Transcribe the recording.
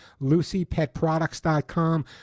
LucyPetProducts.com